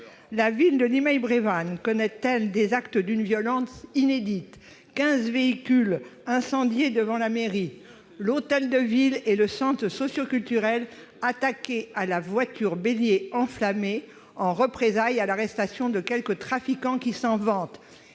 La ville de Limeil-Brévannes connaît, elle, des actes d'une violence inédite : quinze véhicules ont été incendiés devant la mairie ; l'hôtel de ville et le centre socioculturel ont été attaqués à la voiture bélier enflammée, en représailles à l'arrestation de quelques trafiquants qui s'en vantent.